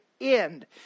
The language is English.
end